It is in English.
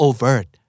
Overt